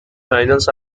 finals